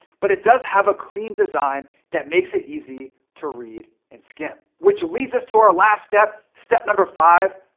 but it does have a clean design that makes it easy to read and skim. which leads us to our last step, step number five,